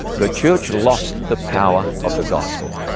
the church lost the power of the gospel.